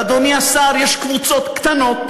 ואדוני השר, יש קבוצות קטנות